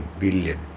billion